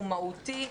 הוא מהותי,